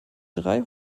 drei